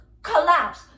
Collapse